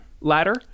ladder